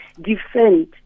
defend